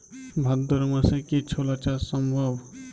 ভাদ্র মাসে কি ছোলা চাষ সম্ভব?